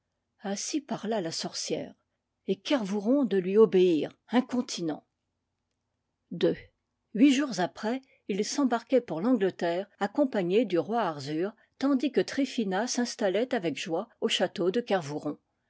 ainsi parla la sorcière et kervouron de lui obéir incon tinent huit jours après il s'embarquait pour l'angleterre accom pagné du roi arzur tandis que tryphina s'installait avec joie au château de